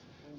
joo